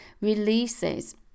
releases